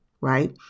right